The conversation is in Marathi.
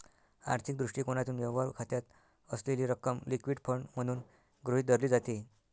आर्थिक दृष्टिकोनातून, व्यवहार खात्यात असलेली रक्कम लिक्विड फंड म्हणून गृहीत धरली जाते